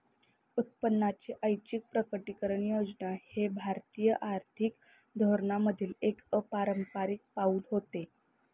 उत्पन्नाची ऐच्छिक प्रकटीकरण योजना हे भारतीय आर्थिक धोरणांमधील एक अपारंपारिक पाऊल होते